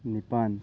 ꯅꯤꯄꯥꯟ